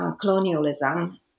colonialism